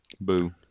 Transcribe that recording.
Boo